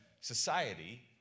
society